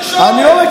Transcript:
לא?